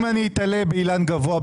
אם אני אתלה באילן גבוה,